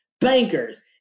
bankers